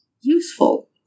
useful